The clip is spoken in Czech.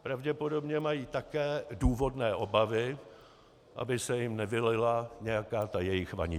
Pravděpodobně mají také důvodné obavy, aby se jim nevylila nějaká ta jejich vanička.